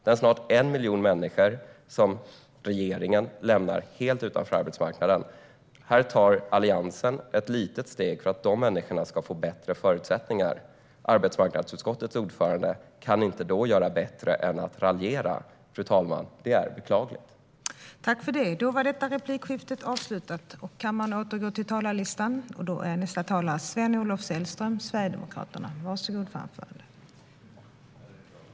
Det är snart 1 miljon människor som regeringen lämnar helt utanför arbetsmarknaden. Här tar Alliansen ett litet steg för att de människorna ska få bättre förutsättningar. Arbetsmarknadsutskottets ordförande kan inte då göra bättre än att raljera. Det är beklagligt, fru talman.